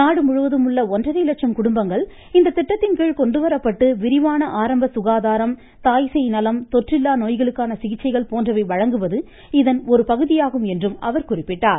நாடு முழுவதும் உள்ள ஒன்றரை லட்சம் குடும்பங்கள் இந்த திட்டத்தின்கீழ் கொண்டு வரப்பட்டு விரிவான ஆரம்ப சுகாதாரம் தாய் சேய் நலம் தொற்றில்லா நோய்களுக்கான சிகிச்சைகள் போன்றவை வழங்குவது இதன் ஒருபகுதியாகும் என்றார்